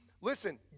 listen